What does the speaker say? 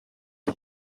tea